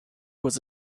was